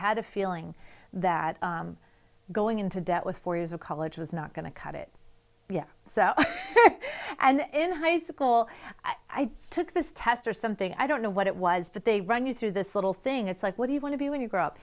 had a feeling that going into debt was four years of college was not going to cut it so and in high school i took this test or something i don't know what it was but they run you through this little thing it's like what do you want to be when you grow up